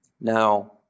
Now